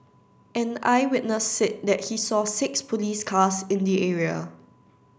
an eyewitness said that he saw six police cars in the area